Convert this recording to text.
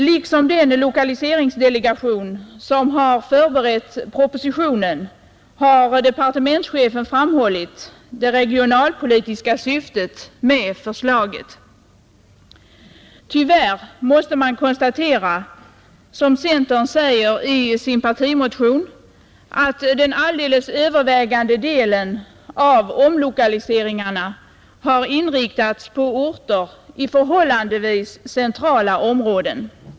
Liksom den lokaliseringsdelegation som har förberett propositionen har departementschefen framhållit det regionalpolitiska syftet med förslaget. Tyvärr måste man konstatera, som centern säger i sin partimotion, att den alldeles övervägande delen av omlokaliseringen har inriktats på orter i förhållandevis centrala områden.